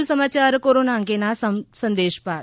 વધુ સમાચાર કોરોના અંગેના આ સંદેશ બા દ